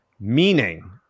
Meaning